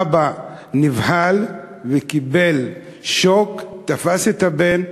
האבא נבהל וקיבל שוק, תפס את הבן.